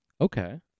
Okay